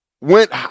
went